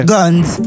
Guns